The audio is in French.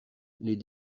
les